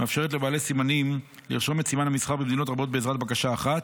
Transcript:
מאפשרת לבעלי סימנים לרשום את סימן המסחר במדינות רבות בעזרת בקשה אחת,